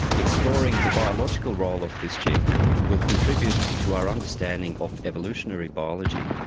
exploring the biological role of this gene will contribute to our understanding of evolutionary biology,